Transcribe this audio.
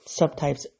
subtypes